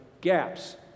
gaps